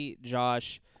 Josh